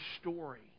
story